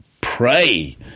pray